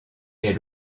est